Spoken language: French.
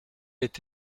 est